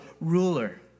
ruler